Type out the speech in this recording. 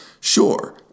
Sure